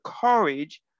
courage